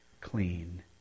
clean